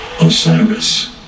Osiris